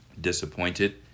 disappointed